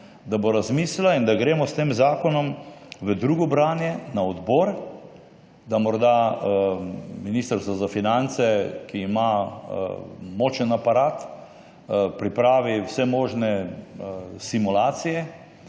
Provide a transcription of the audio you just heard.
nekaj časa – in da gremo s tem zakonom v drugo branje na odbor, da morda Ministrstvo za finance, ki ima močan aparat, pripravi vse možne simulacije